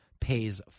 pays